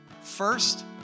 first